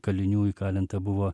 kalinių įkalinta buvo